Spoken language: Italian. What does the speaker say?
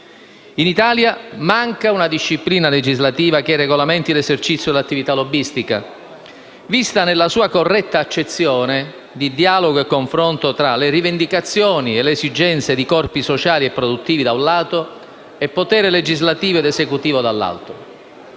In Italia manca una disciplina legislativa che regolamenti l'esercizio dell'attività lobbistica, vista nella sua corretta accezione di dialogo e confronto tra le rivendicazioni e le esigenze di corpi sociali e produttivi - da un lato - e potere legislativo ed esecutivo, dall'altro.